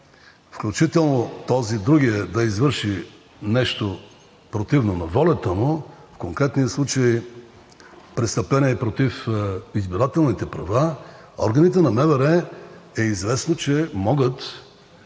включително този другият да извърши нещо противно на волята му, в конкретния случай престъпление против избирателните права, органите на МВР известно e, че могат